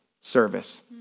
service